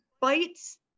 bites